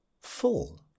Full